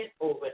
over